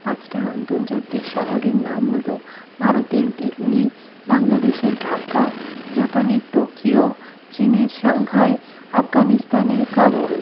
পাঁচটা আন্তর্জাতিক শহরের নাম হলো ভারতের দিল্লি বাংলাদেশের ঢাকা জাপানের টোকিও চীনের সাংঘাই আফগানিস্তানের কাবুল